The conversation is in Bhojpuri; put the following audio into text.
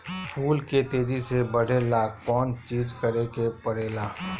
फूल के तेजी से बढ़े ला कौन चिज करे के परेला?